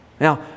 Now